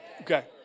Okay